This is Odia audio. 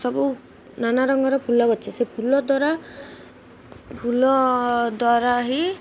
ସବୁ ନାନା ରଙ୍ଗର ଫୁଲ ଗଛ ସେ ଫୁଲ ଦ୍ୱାରା ଫୁଲ ଦ୍ୱାରା ହିଁ